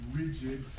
rigid